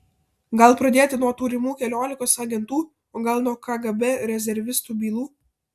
gal pradėti nuo turimų keliolikos agentų o gal nuo kgb rezervistų bylų